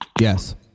yes